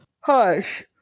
hush